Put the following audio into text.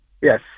yes